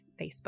Facebook